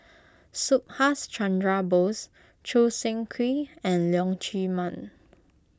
Subhas Chandra Bose Choo Seng Quee and Leong Chee Mun